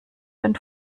den